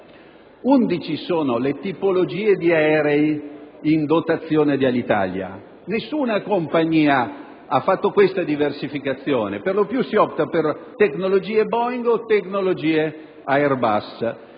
sono le tipologie di aerei in dotazione di Alitalia. Nessuna compagnia ha fatto questa diversificazione; per lo più si opta per tecnologie *boeing* o tecnologie *airbus*.